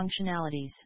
functionalities